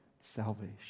salvation